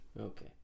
okay